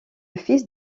fils